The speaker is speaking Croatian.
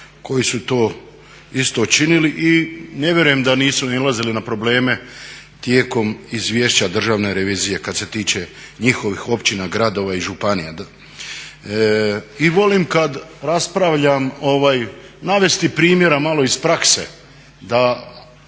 koji su to isto činili i ne vjerujem da nisu nailazili na probleme tijekom izvješća Državne revizije kad se tiče njihovih općina, gradova i županija. I volim kad raspravljam navesti primjera malo iz prakse da